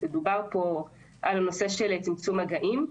דובר פה על הנושא של צמצום מגעים.